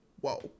Whoa